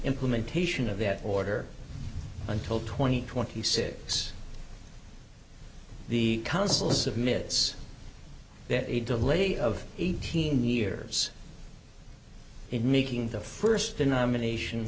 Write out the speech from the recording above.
implementation of that order until twenty twenty six the councils of mit's that a delay of eighteen years in making the first denomination